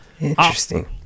interesting